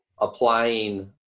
applying